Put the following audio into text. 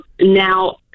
Now